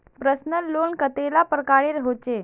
Personal loan कतेला प्रकारेर होचे?